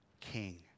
king